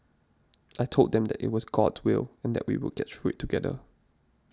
I told them that it was God's will and that we would get through it together